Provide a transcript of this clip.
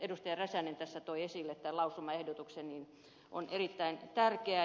päivi räsänen tässä toi esille on erittäin tärkeä